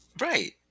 Right